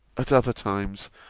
at other times,